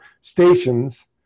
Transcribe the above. stations